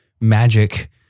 magic